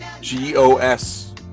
G-O-S